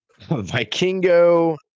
vikingo